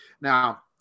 Now